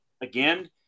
again